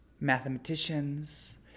mathematicians